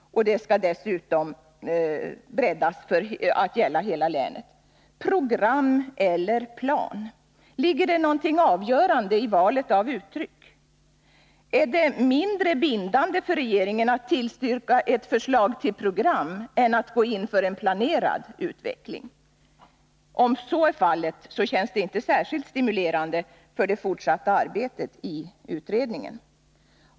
Detta program skall dessutom breddas för att gälla hela länet. Program eller plan? Ligger det någonting avgörande i valet av uttryck? Är det mindre bindande för regeringen att tillstyrka ett förslag till program än att gå in för en planerad utveckling? Om så är fallet, känns det inte särskilt stimulerande för det fortsatta arbetet i utredningen.